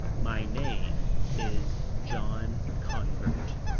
my name is john convert.